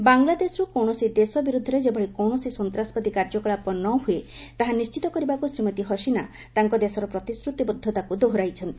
ବାଂଲାଦେଶରୁ କୌଣସି ଦେଶ ବିରୁଦ୍ଧରେ ଯେଭଳି କୌଣସି ସନ୍ତାସବାଦୀ କାର୍ଯ୍ୟକଳାପ ନ ହୁଏ ତାହା ନିଣ୍ଢିତ କରିବାକୁ ଶ୍ରୀମତୀ ହସିନା ତାଙ୍କ ଦେଶର ପ୍ରତିଶ୍ରତିବଦ୍ଧତାକୁ ଦୋହରାଇଛନ୍ତି